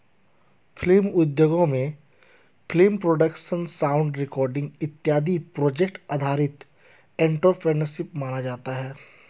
film उद्योगों में film production sound recording इत्यादि प्रोजेक्ट आधारित एंटरप्रेन्योरशिप माना जाता है